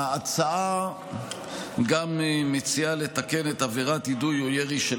ההצעה גם מציעה לתקן את עבירת יידוי או ירי של